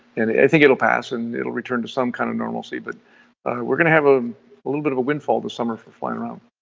and i think it'll pass and it'll return to some kind of normalcy, but we're going to have ah a little bit of a windfall this summer for flying around.